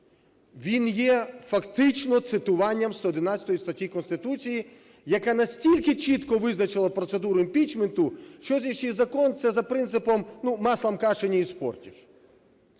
Він є фактично цитуванням 111 статті Конституції, яка настільки чітко визначила процедуру імпічменту, сьогоднішній закон це за принципом "маслом каши не испортишь".